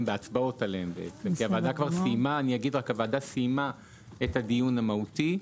בהצבעות עליהם כי הוועדה סיימה את הדיון המהותי.